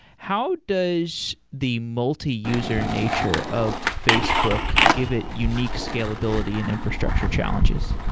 how does the multiuser nature of facebook give it unique scalability and infrastructure challenges?